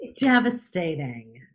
Devastating